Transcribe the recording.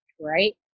Right